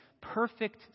perfect